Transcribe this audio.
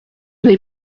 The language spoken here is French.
n’est